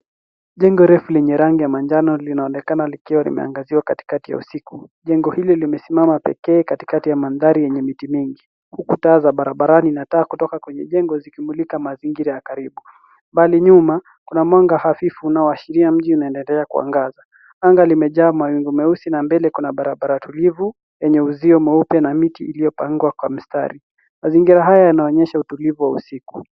Jengo refu lenye rangi ya manjano linaonekana likiwa limeangaziwa katikati ya usiku. Jengo hili limesimama pekee katikati ya mandhari yenye miti mingi, huku taa za barabarani na taa kutoka kwenye jengo zikimulika mazingira ya karibu. Mbali nyuma kuna mwanga hafifu unaoashiria mji unaendelea kuangaza. Anga limejaa mawingu meusi na mbele kuna barabara tulivu yenye uzio mweupe na miti iliyopangwa kwa mistari. Mazingira haya yanaonyesha utulivu wa usiku.